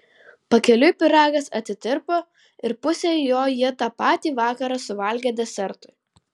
pakeliui pyragas atitirpo ir pusę jo jie tą patį vakarą suvalgė desertui